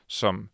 som